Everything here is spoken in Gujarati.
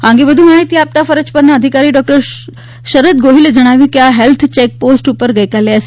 આ અંગે વધુ માહિતી આપતા ફરજ પરના અધિકારી ડો શરદ ગોહિલે જણાવ્યું હતું કે આ હેલ્થ ચેક પોસ્ટ ઉપર ગઈકાલે એસ